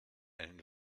einen